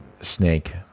Snake